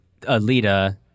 Alita